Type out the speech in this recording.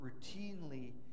routinely